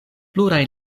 pluraj